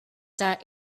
that